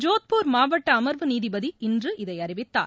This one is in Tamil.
ஜோத்பூர் மாவட்ட அமர்வு நீதிபதி இன்று இதை அறிவித்தார்